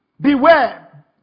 Beware